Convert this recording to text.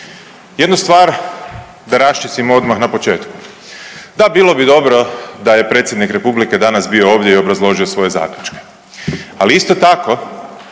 jednu stvar da raščistimo odmah na početku. Da, bilo bi dobro da je predsjednik Republike danas bio ovdje i obrazložio svoje zaključke, ali isto tako